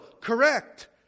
correct